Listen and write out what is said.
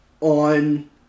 on